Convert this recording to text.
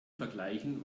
vergleichen